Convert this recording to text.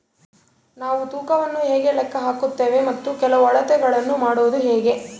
ನಾವು ತೂಕವನ್ನು ಹೇಗೆ ಲೆಕ್ಕ ಹಾಕುತ್ತೇವೆ ಮತ್ತು ಕೆಲವು ಅಳತೆಗಳನ್ನು ಮಾಡುವುದು ಹೇಗೆ?